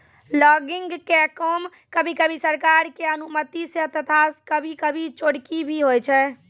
logging के काम कभी कभी सरकार के अनुमती सॅ तथा कभी कभी चोरकी भी होय छै